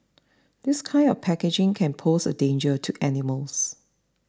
this kind of packaging can pose a danger to animals